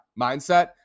mindset